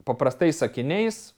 paprastais sakiniais